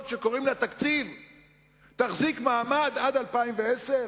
שקוראים לה תקציב תחזיק מעמד עד 2010?